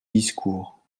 discours